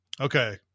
okay